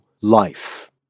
life